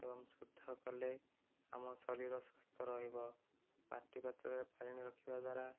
ଏବଂ ଶୁଦ୍ଧ କଲେ ଆମ ଶରୀର ସୁସ୍ଥ ରହିବ ମାଟି ପାତ୍ରରେ ପାଣି ରଖିବା ଦ୍ୱାରା